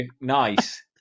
Nice